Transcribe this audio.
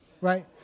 right